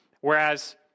whereas